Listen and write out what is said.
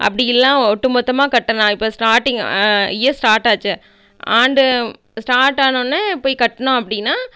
அப்படியில்லாம் ஒட்டுமொத்தமாக கட்டலாம் இப்போ ஸ்டார்டிங் இயர் ஸ்டார்ட் ஆச்சு ஆண்டு ஸ்டார்ட் ஆனோன்னே போய் கட்டுனோம் அப்படின்னா